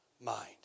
mind